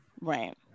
right